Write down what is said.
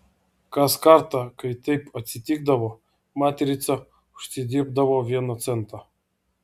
kas kartą kai taip atsitikdavo matrica užsidirbdavo vieną centą